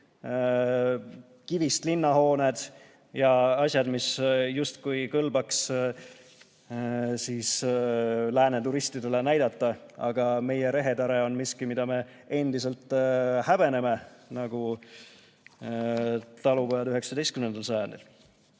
kivist linnahooned ja asjad, mida justkui kõlbaks lääne turistidele näidata, aga meie rehetare on miski, mida me endiselt häbeneme nagu talupojad 19. sajandil.